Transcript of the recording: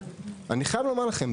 אני חייב לומר לכם,